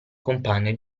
compagno